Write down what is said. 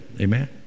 amen